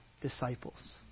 disciples